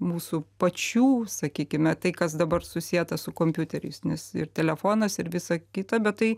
mūsų pačių sakykime tai kas dabar susieta su kompiuteriais nes ir telefonas ir visa kita bet tai